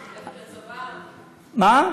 ללכת לצבא צריך.